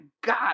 God